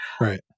Right